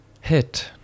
hit